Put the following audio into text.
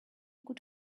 could